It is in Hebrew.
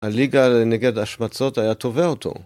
הליגה נגד השמצות היה תובע אותו.